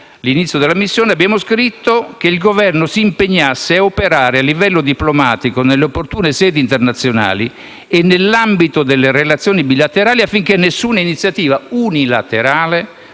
scritto e il suo Governo ha accettato che l'Esecutivo si impegnava a operare a livello diplomatico nelle opportune sedi internazionali e nell'ambito delle relazioni bilaterali affinché nessuna iniziativa unilaterale